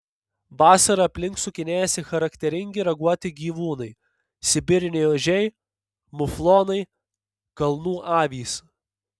vasarą aplink sukinėjasi charakteringi raguoti gyvūnai sibiriniai ožiai muflonai kalnų avys